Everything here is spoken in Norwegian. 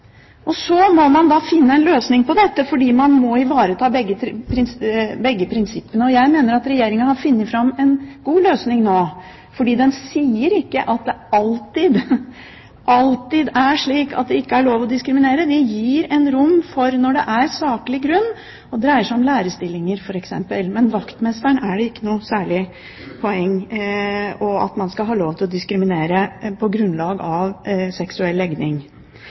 må man finne en løsning på dette, for man må ivareta begge prinsippene. Jeg mener at Regjeringen har funnet fram til en god løsning nå, for den sier ikke at det alltid er slik at det ikke er lov til å diskriminere. Det gir en rom for når det er saklig grunn. Det dreier seg om f.eks. lærerstillinger, men det er ikke noe særlig poeng i at man skal ha lov til å diskriminere vaktmesteren på grunnlag av seksuell legning.